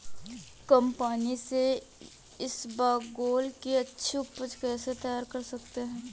कम पानी से इसबगोल की अच्छी ऊपज कैसे तैयार कर सकते हैं?